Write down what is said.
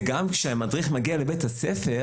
גם כשהמדריך מגיע לבית הספר